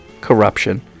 corruption